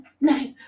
Nice